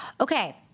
Okay